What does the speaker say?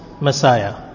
messiah